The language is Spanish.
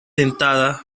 dentadas